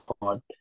pod